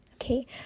Okay